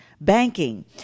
banking